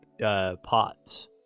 Pots